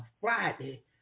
Friday